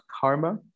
karma